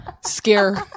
scare